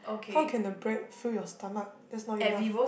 how can the bread fill your stomach that's not enough